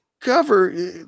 cover